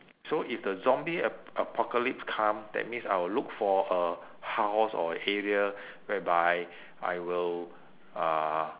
so if the zombie a~ apocalypse come that means I will look for a house or area whereby I will uh